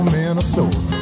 Minnesota